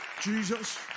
Jesus